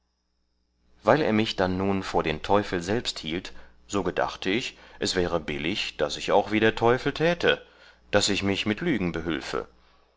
weil er mich dann nun vor den teufel selbst hielt so gedachte ich es wäre billig daß ich auch wie der teufel täte daß ich mich mit lügen